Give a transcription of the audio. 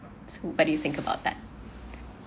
so what do you think about that